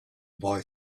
boy